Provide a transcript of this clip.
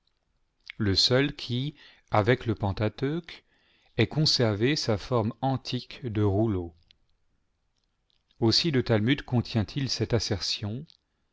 le seul qui avec le pentateuque ait conservé sa forme antique de rouleau aussi le talmud conlient-il cette assertion